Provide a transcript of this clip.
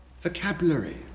vocabulary